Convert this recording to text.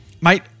Mate